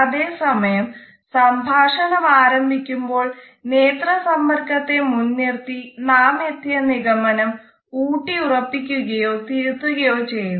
അതേ സമയം സംഭാഷണം ആരംഭിക്കുമ്പോൾ നേത്ര സമ്പർക്കത്തെ മുൻ നിർത്തി നാം എത്തിയ നിഗമനം ഊട്ടി ഉറപ്പിക്കുകയോ തിരുത്തുകയോ ചെയ്യുന്നു